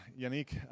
Yannick